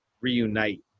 reunite